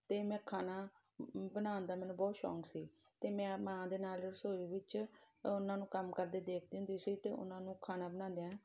ਅਤੇ ਮੈਂ ਖਾਣਾ ਬਣਾਉਣ ਦਾ ਮੈਨੂੰ ਬਹੁਤ ਸ਼ੌਂਕ ਸੀ ਅਤੇ ਮੈਂ ਮਾਂ ਦੇ ਨਾਲ ਰਸੋਈ ਵਿੱਚ ਉਹਨਾਂ ਨੂੰ ਕੰਮ ਕਰਦੇ ਦੇਖਦੀ ਹੁੰਦੀ ਸੀ ਅਤੇ ਉਹਨਾਂ ਨੂੰ ਖਾਣਾ ਬਣਾਉਂਦਿਆਂ